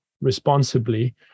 responsibly